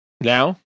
now